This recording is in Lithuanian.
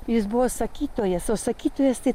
jis buvo sakytojas o sakytojas tai